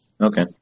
Okay